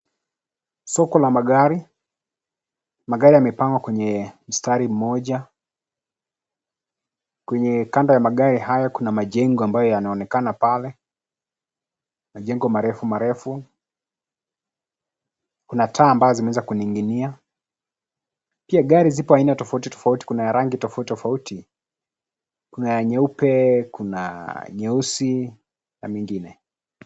Soko la magari, magari yamepangwa kwenye mstari mmoja. Kwenye kando ya magari hayo kuna majengo ambayo yanaonekana pale. Majengo marefu marefu . Kuna taa ambazo zimeweza kuning'inia . Pia gari zipo aina tofauti tofauti , kuna ya rangi tofauti tofauti . Kuna ya nyeupe, kuna nyeusi na mengine.